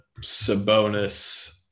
Sabonis